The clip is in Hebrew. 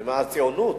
הציונות.